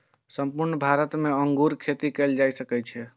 संपूर्ण भारत मे अंगूर खेती कैल जा सकै छै